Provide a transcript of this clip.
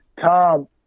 Tom